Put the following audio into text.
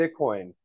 Bitcoin